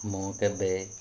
ମୁଁ କେବେ